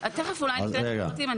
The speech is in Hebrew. תכף אני אתן את הפרטים.